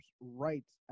rights